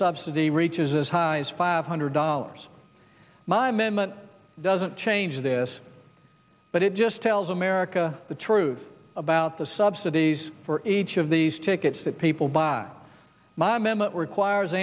subsidy reaches as high as five hundred dollars my mehmet doesn't change this but it just tells america the truth about the subsidies for each of these tickets that people buy my mammoth requires